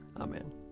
Amen